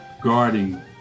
guarding